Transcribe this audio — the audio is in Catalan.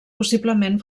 possiblement